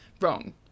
Wrong